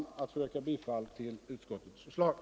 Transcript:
Jag ber att få yrka bifall till utskottets hemställan.